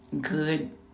Good